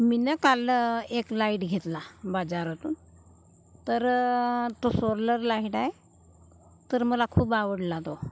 मी नं काल एक लाइट घेतला बाजारातून तर तो सोलर लाहिट आहे तर मला खूप आवडला तो